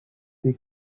they